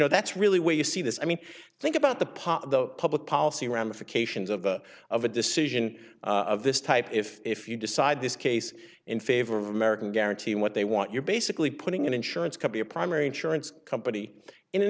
know that's really where you see this i mean think about the part of the public policy ramifications of the of a decision of this type if if you decide this case in favor of american guarantee what they want you're basically putting an insurance company or primary insurance company in an